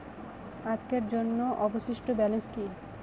আজকের জন্য অবশিষ্ট ব্যালেন্স কি?